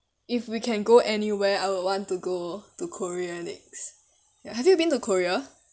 if we can go anywhere I would want to go to korea next ya have you been to korea